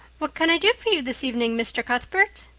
what can i do for you this evening, mr. cuthbert?